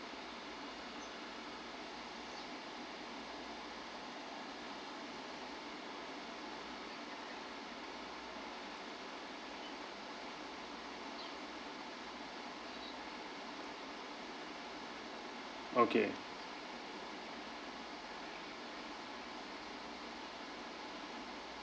okay